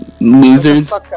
losers